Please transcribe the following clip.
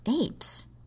Apes